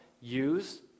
use